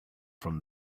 from